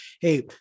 hey